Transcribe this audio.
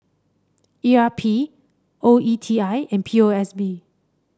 E R P O E T I and P O S B